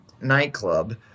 nightclub